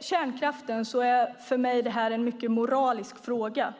Kärnkraften är för mig en mycket moralisk fråga.